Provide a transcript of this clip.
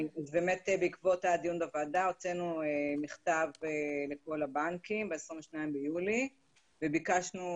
בעקבות הדיון בוועדה הוצאנו מכתב לכל הבנקים ב-22 ביולי וביקשנו